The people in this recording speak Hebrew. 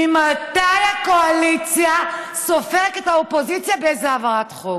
ממתי הקואליציה סופרת את האופוזיציה באיזו העברת חוק?